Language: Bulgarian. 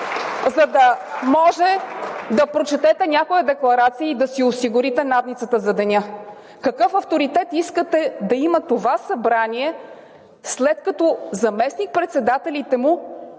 за да може да прочетете някоя декларация и да си осигурите надницата за деня? Какъв авторитет искате да има това Събрание, след като заместник председателите му